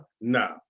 no